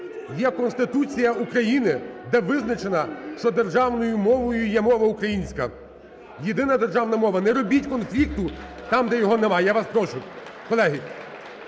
Є Конституція України, де визначено, що державною мовою є мова українська, єдина державна мова. Не робіть конфлікту там, де його немає, я вас прошу.